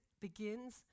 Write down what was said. begins